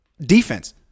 defense